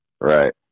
Right